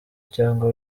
cyangwa